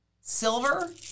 Silver